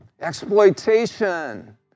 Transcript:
Exploitation